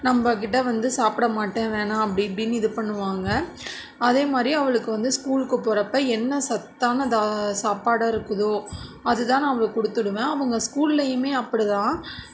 நம்பகிட்ட வந்து சாப்பிட மாட்டேன் வேணாம் அப்படி இப்படின்னு இது பண்ணுவாங்க அதேமாதிரி அவளுக்கு வந்து ஸ்கூலுக்கு போகிறப்ப என்ன சத்தானதாக சாப்பாடாக இருக்குதோ அதுதான் நான் அவளுக்கு கொடுத்து விடுவேன் அவங்க ஸ்கூல்லேயுமே அப்படி தான்